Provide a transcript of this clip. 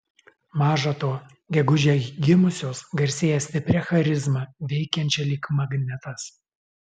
maža to gegužę gimusios garsėja stipria charizma veikiančia lyg magnetas